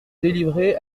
délivrée